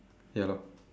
ya lor